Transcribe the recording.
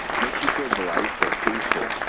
makes you feel delightful, peaceful.